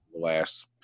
last